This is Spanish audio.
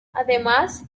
además